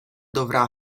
dovrà